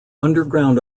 underground